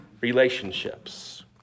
relationships